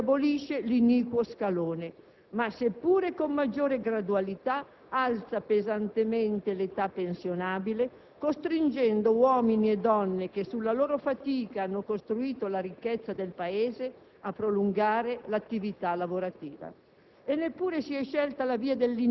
Questo accordo certamente abolisce l'iniquo scalone ma, seppure con maggiore gradualità, alza pesantemente l'età pensionabile, costringendo uomini e donne, che sulla loro fatica hanno costruito la ricchezza del Paese, a prolungare l'attività lavorativa.